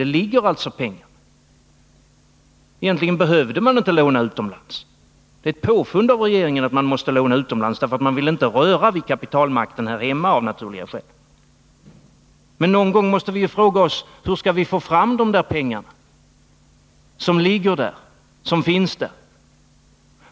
Det ligger alltså pengar där, och egentligen behöver man inte låna utomlands. Det är ett påfund av regeringen att man måste låna utomlands, därför att man av naturliga skäl inte vill röra vid kapitalmarknaden här hemma. Men någon gång måste vi fråga oss: Hur skall vi få fram de pengar som finns?